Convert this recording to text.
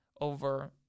over